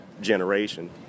generation